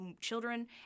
children